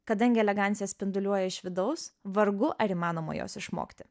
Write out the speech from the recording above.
kadangi elegancija spinduliuoja iš vidaus vargu ar įmanoma jos išmokti